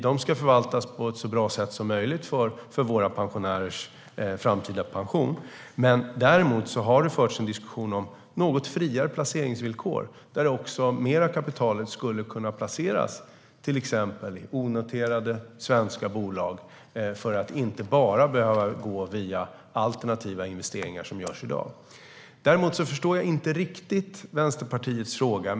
De ska förvaltas på ett så bra sätt som möjligt för våra pensionärers framtida pension. Det har också förts en diskussion om något friare placeringsvillkor så att mer av kapitalet skulle kunna placeras i till exempel onoterade svenska bolag för att inte bara behöva gå via alternativa investeringar, som görs i dag. Däremot förstår jag inte riktigt Daniel Sestrajcics fråga.